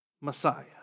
Messiah